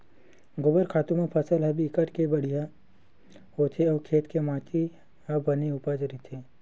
गोबर खातू म फसल ह बिकट के बड़िहा होथे अउ खेत के माटी ह बने उपजउ रहिथे